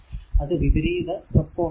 അത് വിപരീത പ്രൊപോർഷൻ ആണ്